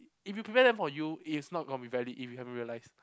if you prevent from you it's not gonna be valid if you haven't realised